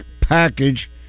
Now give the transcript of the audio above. Package